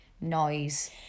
noise